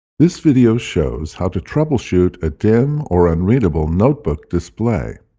this video shows how to troubleshoot a dim or unreadable notebook display.